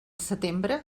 setembre